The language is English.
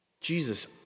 Jesus